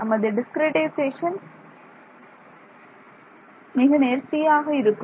நமது டிஸ்கிரிட்டைசேஷன் மிக நேர்த்தியாக இருக்கும்